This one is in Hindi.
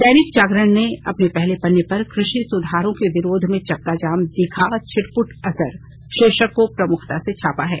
दैनिक जागरण ने अपने पहले पन्ने पर कृषि सुधारों के विरोध में चक्का जाम का दिखा छिट पुट असर शीर्षक को प्रमुखता से छापा है